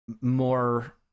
more